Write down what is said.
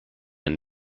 and